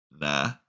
Nah